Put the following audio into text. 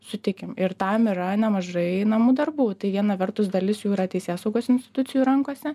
sutikim ir tam yra nemažai namų darbų tai viena vertus dalis jų yra teisėsaugos institucijų rankose